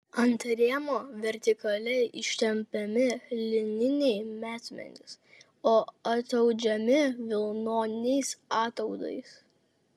ant rėmo vertikaliai ištempiami lininiai metmenys o ataudžiami vilnoniais ataudais